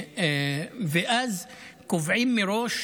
ואז קובעים מראש,